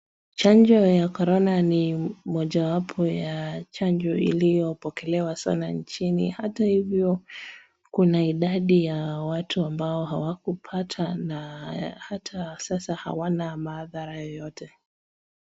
Chanjo ya corona ni mojawapo ya chanjo iliyopokelewa sana nchini hata hivyo kuna idadi ya watu ambao hawakupata na hata sasa hawana maadhara yoyote.